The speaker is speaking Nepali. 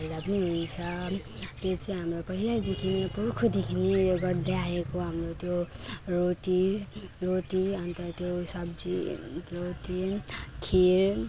हाल्दा पनि हुन्छ त्यो चाहिँ हाम्रो पहिलादेखि नै पुर्खोँदेखि नै उयो गर्दै आएको हाम्रो त्यो रोटी रोटी अन्त त्यो सब्जी रोटी खिर